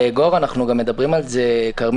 לאגור, אנחנו גם מדברים על זה, כרמית תגיע לזה.